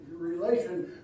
Relation